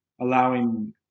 allowing